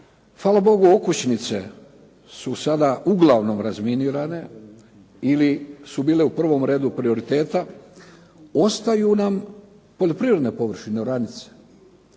Hvala bogu okućnice su sada uglavnom razminirane ili su bile u prvom redu prioriteta. Ostaju nam poljoprivredne površine, oranice.